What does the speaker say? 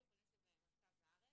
אנחנו כאילו חושבים שזה מרכז הארץ,